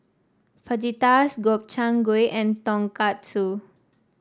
Fajitas Gobchang Gui and Tonkatsu